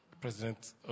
President